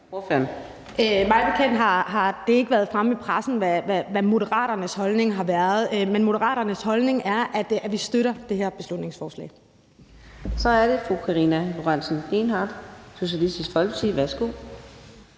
Hvorfor er det,